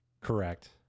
Correct